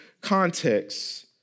context